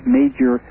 major